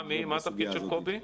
מה התפקיד של קובי?